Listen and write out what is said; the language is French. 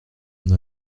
n’a